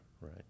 right